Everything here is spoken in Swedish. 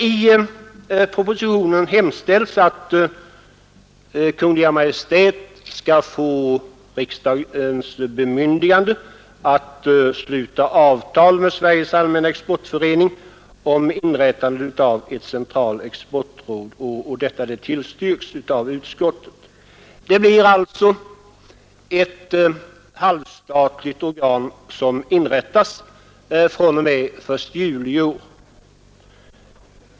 I propositionen hemställs att Kungl. Maj:t skall få riksdagens bemyndigande att sluta avtal med Sveriges allmänna exportförening om inrättande av ett centralt exportråd, och detta tillstyrks av utskottet. Det blir alltså ett halvstatligt organ som inrättas fr.o.m. den 1 juli i år.